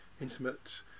intimate